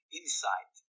insight